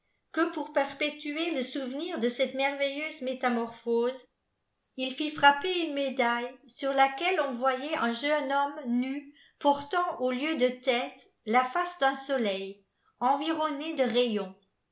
que pour perpétner le souvenir de cette merveilleuse métamorphose il fit frapper unemédaillç sur laquelle n yoyait un jeune homme nu portant au lieujde jlête la face d'un soleil environnée de